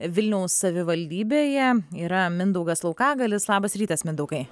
vilniaus savivaldybėje yra mindaugas laukagalis labas rytas mindaugai